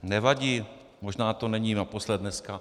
Nevadí, možná to není naposled dneska.